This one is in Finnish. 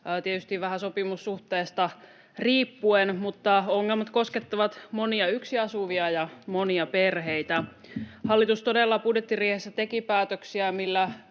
tietysti vähän sopimussuhteesta riippuen, ja ongelmat koskettavat monia yksin asuvia ja monia perheitä. Hallitus todella budjettiriihessä teki päätöksiä,